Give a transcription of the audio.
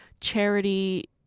charity